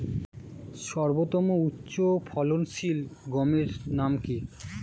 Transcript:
সর্বতম উচ্চ ফলনশীল গমের নাম কি?